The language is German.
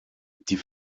die